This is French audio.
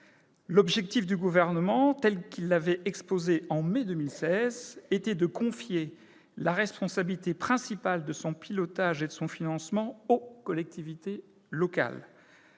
L'objectif du Gouvernement, tel qu'il l'avait exposé au mois de mai 2016, était de confier la responsabilité principale de son pilotage et de son financement aux collectivités locales.